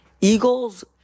Eagles